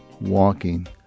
walking